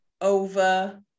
over